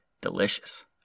Delicious